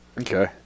okay